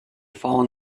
fallen